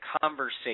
conversation –